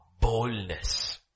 boldness